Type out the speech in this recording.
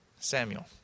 Samuel